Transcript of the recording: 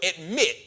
admit